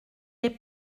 est